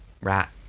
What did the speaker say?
rat